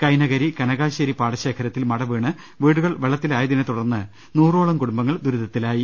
കൈനകരി കനകാശേരി പാടശേഖരത്തിൽ മട വീണ് വീടുകൾ വെള്ളത്തിലായതിനെ തുടർന്ന് നൂറോളം കുടുംബങ്ങൾ ദുരിതത്തിലായി